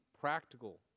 practical